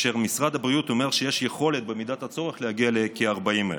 ומשרד הבריאות אומר שיש יכולת במידת הצורך להגיע לכ-40,000.